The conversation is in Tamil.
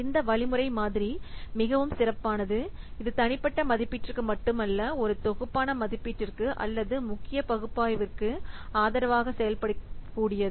இந்த வழிமுறை மாதிரி மிகவும் சிறப்பானது இது தனி மதிப்பீட்டிற்கு மட்டுமல்ல ஒரு தொகுப்பான மதிப்பீட்டிற்கு அல்லது முக்கிய பகுப்பாய்விற்கு ஆதரவாக செயல்படக்கூடியது